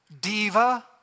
Diva